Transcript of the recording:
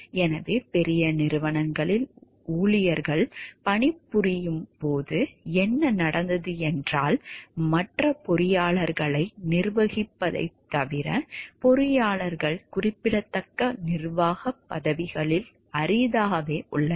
எனவே பெரிய நிறுவனங்களில் ஊழியர்கள் பணிபுரியும் போது என்ன நடந்தது என்றால் மற்ற பொறியாளர்களை நிர்வகிப்பதைத் தவிர பொறியாளர்கள் குறிப்பிடத்தக்க நிர்வாக பதவிகளில் அரிதாகவே உள்ளனர்